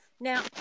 Now